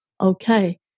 okay